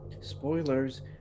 spoilers